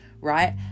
right